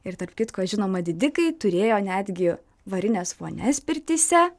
ir tarp kitko žinoma didikai turėjo netgi varines vonias pirtyse